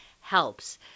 helps